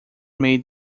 made